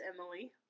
Emily